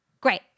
Great